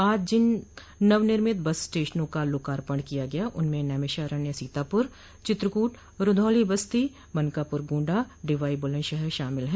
आज जिन नवनिर्मित बस स्टेशनों का लोकार्पण किया गया उनमें नैमिषारण्य सीतापुर चित्रकूट रूधौली बस्ती मनकापुर गोण्डा डिवाई बुलन्दशहर शामिल है